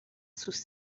sus